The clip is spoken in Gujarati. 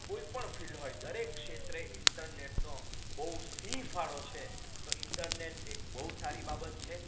કોઈપણ ફિલ્ડ હોય દરેક ક્ષેત્રે ઈન્ટરનેટનો બહુ સિંહ ફાળો છે તો ઈન્ટરનેટ એક બહુ સારી બાબત છે